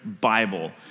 Bible